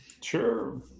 sure